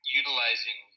utilizing